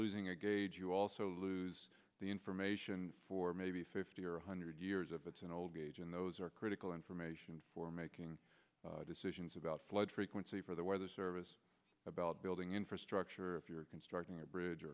losing a gauge you also lose the information for maybe fifty or one hundred years of it's an old age and those are critical information for making decisions about flood frequency for the weather service about building infrastructure if you're constructing a bridge or